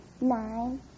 nine